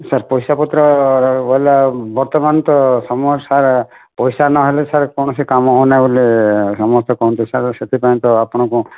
sir ପଇସା ପତ୍ର ବୋଲେ ବର୍ତ୍ତମାନ ତ ସମୟ ସାରସାର୍ ପଇସା ନ ହେଲେ ସାର୍ କୌଣସି କାମ ହେଉନି ବୋଲି ସମସ୍ତେ କୁହନ୍ତି ସାର୍ ସେଥିପାଇଁ ତ ଆପଣଙ୍କୁ